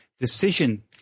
decision